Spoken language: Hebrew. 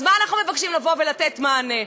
אז למה אנחנו מבקשים לבוא ולתת מענה?